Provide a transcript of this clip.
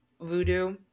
Voodoo